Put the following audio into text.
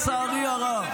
לצערי הרב.